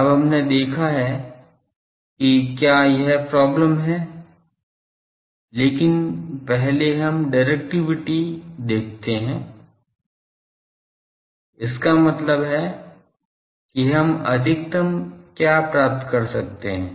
अब हमने देखा है कि क्या यह प्रॉब्लम है लेकिन पहले हमें डिरेक्टिविटी देखने दो इसका मतलब है कि हम अधिकतम क्या प्राप्त कर सकते हैं